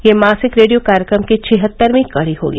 यह मासिक रेडियो कार्यक्रम की छिहत्तरवीं कड़ी होगी